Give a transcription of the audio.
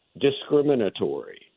discriminatory